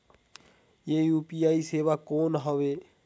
ये यू.पी.आई सेवा कौन हवे?